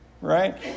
Right